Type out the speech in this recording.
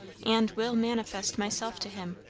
and will manifest myself to him